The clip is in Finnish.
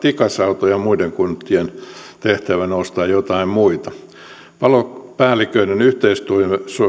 tikasauto ja muiden kuntien tehtävänä on ostaa jotain muita palopäälliköiden yhteistyö